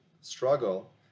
struggle